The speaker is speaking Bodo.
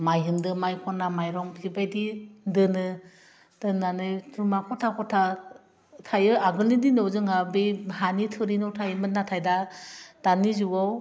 माइहेनदो माइखना माइरं बेबायदि दोनो दोन्नानै रुना खथा खथा थायो आगोलनि दिनाव जोंहा बे हानि थोरि न' थायोमोन नाथाय दा दानि जुगाव